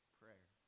prayer